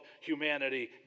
humanity